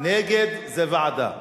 נגד זה ועדה.